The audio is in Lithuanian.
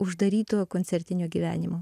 uždaryto koncertinio gyvenimo